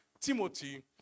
Timothy